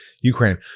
Ukraine